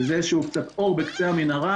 וזה איזשהו קצת אור בקצה המנהרה.